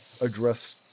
address